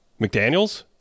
McDaniels